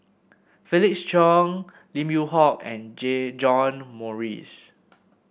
Felix Cheong Lim Yew Hock and Jay John Morrice